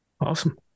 Awesome